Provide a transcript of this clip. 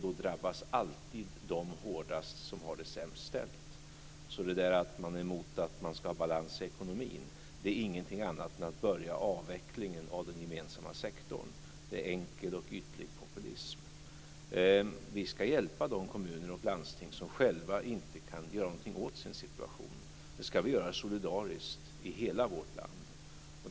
Då drabbas alltid de som har det sämst ställt hårdast. Att vara emot att ha balans i ekonomin är ingenting annat än att börja avvecklingen av den gemensamma sektorn. Det är enkel och ytlig populism. Vi ska hjälpa de kommuner och landsting som inte själva kan göra något åt sin situation. Det ska vi göra solidariskt i hela vårt land.